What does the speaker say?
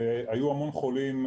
היו המון חולים,